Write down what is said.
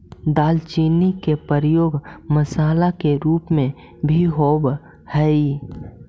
दालचीनी के प्रयोग मसाला के रूप में भी होब हई